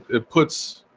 it puts.